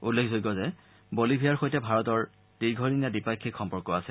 উল্লেখযোগ্য যে বলিভিয়াৰ সৈতে ভাৰতৰ দীৰ্ঘদিনীয়া দ্বিপাক্ষিক সম্পৰ্ক আছে